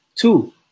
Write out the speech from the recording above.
Two